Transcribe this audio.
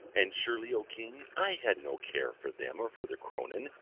and surely, o king, i had no care for them or for their cronan,